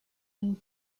une